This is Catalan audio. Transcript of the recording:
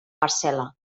parcel·la